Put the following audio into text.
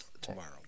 tomorrow